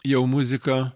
jau muzika